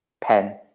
Pen